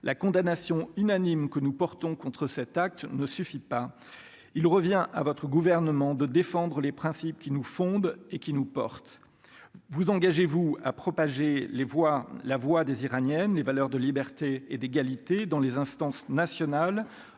la condamnation unanime que nous portons contre cet acte ne suffit pas, il revient à votre gouvernement de défendre les principes qui nous fondent et qui nous porte vous engagez-vous à propager les voix, la voix des Iraniennes les valeurs de liberté et d'égalité dans les instances nationales,